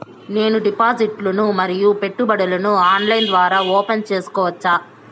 నేను డిపాజిట్లు ను మరియు పెట్టుబడులను ఆన్లైన్ ద్వారా ఓపెన్ సేసుకోవచ్చా?